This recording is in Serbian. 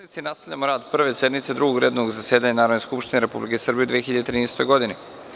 nastavljamo rad Prve sednice Drugog redovnog zasedanja Narodne skupštine Republike Srbije u 2013. godini.